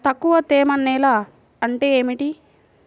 తక్కువ తేమ నేల అంటే ఏమిటి?